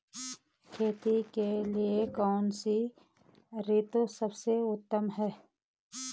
खेती के लिए कौन सी ऋतु सबसे उत्तम है?